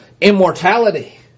immortality